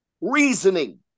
reasoning